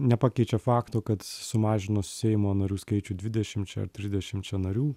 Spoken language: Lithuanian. nepakeičia fakto kad sumažinus seimo narių skaičių dvidešimčia ar trisdešimčia narių